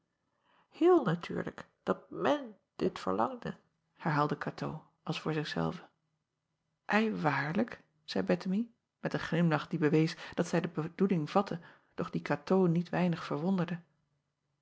eel natuurlijk dat men dit verlangde herhaalde atoo als voor zich zelve i waarlijk zeî ettemie met een glimlach die bewees dat zij de bedoeling vatte doch die atoo niet weinig verwonderde